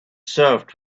served